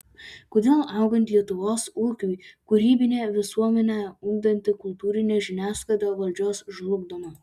kodėl augant lietuvos ūkiui kūrybinę visuomenę ugdanti kultūrinė žiniasklaida valdžios žlugdoma